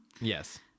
Yes